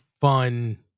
fun